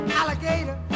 alligator